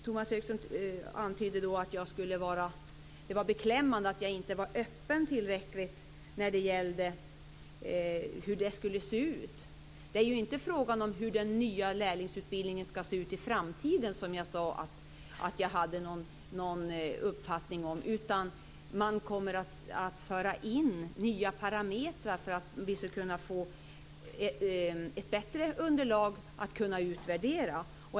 Tomas Högström antydde att det var beklämmande att jag inte var tillräckligt öppen när det gällde hur utbildningen skulle se ut. Jag sade inte att jag inte hade någon uppfattning om lärlingsutbildningen i framtiden, utan nya parametrar kommer att föras in för att vi ska få ett bättre underlag att utvärdera.